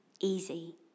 easy